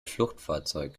fluchtfahrzeug